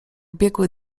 biegły